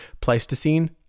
Pleistocene